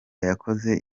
yakoze